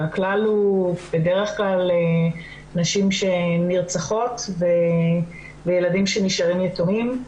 והכלל הוא בדרך כלל נשים שנרצחות וילדים שנשארים יתומים.